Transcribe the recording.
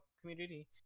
community